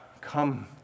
Come